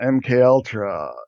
MKUltra